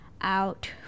out